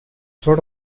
sort